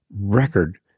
record